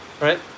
right